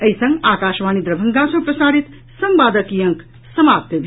एहि संग आकाशवाणी दरभंगा सँ प्रसारित संवादक ई अंक समाप्त भेल